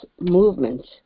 movement